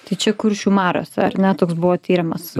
tai čia kuršių mariose ar ne toks buvo tyrimas